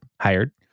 hired